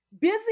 Busy